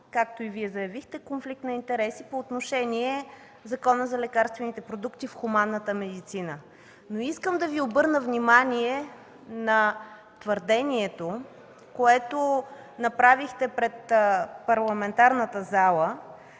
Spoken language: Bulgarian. както и Вие заявихте, конфликт на интереси по отношение на Закона за лекарствените продукти в хуманната медицина. Искам да Ви обърна внимание на твърдението, което направихте пред пленарната зала,